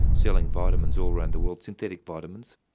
selling vitamins all around the world synthetic vitamins.